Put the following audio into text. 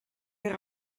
weer